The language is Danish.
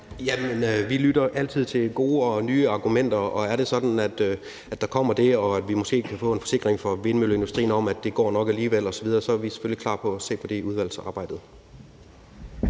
Vi lytter altid til gode og nye argumenter, og er det sådan, at der kommer det, og at vi måske kan få en forsikring fra vindmølleindustrien om, at det nok går alligevel osv., er vi selvfølgelig klar på at se på det i udvalgsarbejdet.